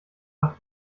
nach